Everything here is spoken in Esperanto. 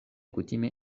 kutime